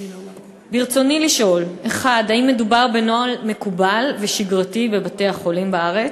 ברצוני לשאול: 1. האם מדובר בנוהל מקובל ושגרתי בבתי-החולים בארץ?